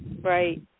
Right